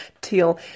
till